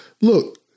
Look